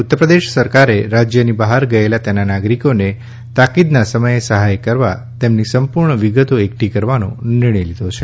ઉત્તરપ્રદેશ સરકારે રાજ્યની બહાર ગયેલા તેના નાગરીકોને તાકીદના સમયે સહાય કરવા તેમની સંપૂર્ણ વિગતો એકઠી કરવાનો નિર્ણય લીધો છે